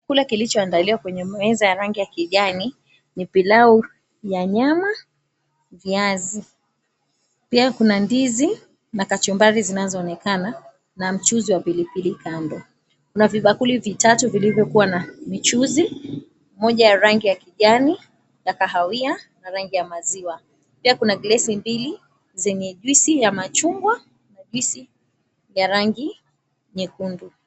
Chakula kilichoandaliwa kwenye meza ya rangi ya kijani, ni pilau ya nyama, na viazi. Pia kuna ndizi na kachumbari zinazoonekana, na mchuzi wa pilipili kando. Kuna vibakuli vitatu vilivyokuwa na michuzi, moja ya rangi ya kijani, ya kahawia, na rangi ya maziwa. Pia kuna glesi mbili zenye juisi ya machungwa, na juisi ya rangi nyekundu.